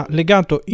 legato